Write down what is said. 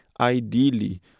ideally